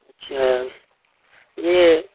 اچھا یہ